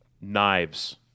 Knives